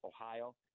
Ohio